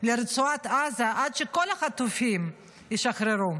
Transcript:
לרצועת עזה עד שכל החטופים ישוחררו.